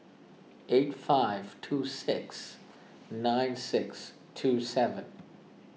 eight five two six nine six two seven